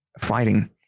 fighting